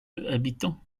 habitants